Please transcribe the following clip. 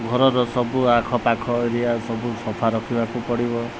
ଘରର ସବୁ ଆଖପାଖ ଏରିଆ ସବୁ ସଫା ରଖିବାକୁ ପଡ଼ିବ